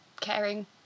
caring